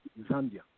Zambia